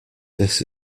this